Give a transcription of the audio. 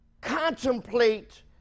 contemplate